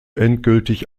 endgültig